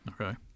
Okay